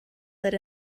said